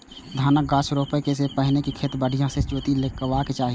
धानक गाछ रोपै सं पहिने खेत कें बढ़िया सं जोति लेबाक चाही